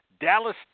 Dallas